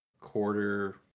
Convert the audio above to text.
quarter